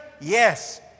yes